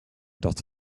dot